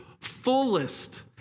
fullest